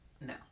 No